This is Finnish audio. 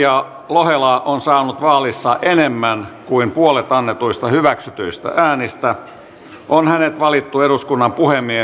lohela on saanut vaalissa enemmän kuin puolet annetuista hyväksytyistä äänistä on hänet valittu eduskunnan